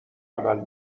عمل